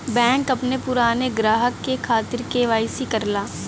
bank अपने पुराने ग्राहक के खातिर के.वाई.सी करला